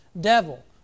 devil